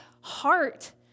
heart